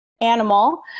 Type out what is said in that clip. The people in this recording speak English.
animal